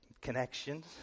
connections